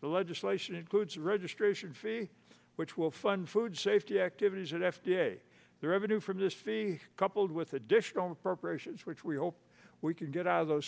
the legislation includes registration fee which will fund food safety activities at f d a the revenue from this be coupled with additional appropriations which we hope we can get out of those